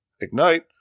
ignite